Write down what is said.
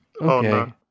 Okay